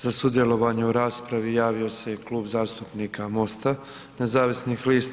Za sudjelovanje u raspravi javio se i Klub zastupnika MOST-a Nezavisnih lista.